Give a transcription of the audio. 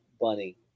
bunny